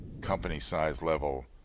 company-size-level